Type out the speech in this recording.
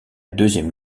deuxième